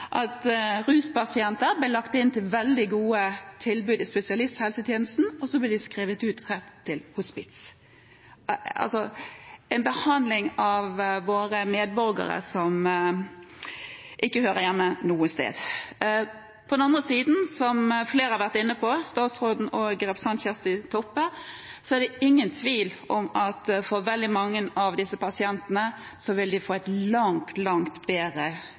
at ruspasienter blir lagt inn til veldig gode tilbud i spesialisthelsetjenesten, og så blir de skrevet rett ut til hospits – altså en behandling av våre medborgere som ikke hører hjemme noe sted. På den andre siden – som flere har vært inne på, statsråden og representanten Kjersti Toppe – er det ingen tvil om at veldig mange av disse pasientene vil få en langt bedre